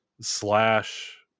slash